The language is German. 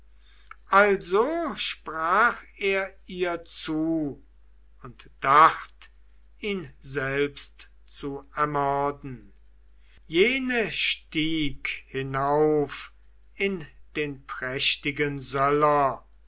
also sprach er ihr zu und dacht ihn selbst zu ermorden jene stieg hinauf in den prächtigen